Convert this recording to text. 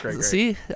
see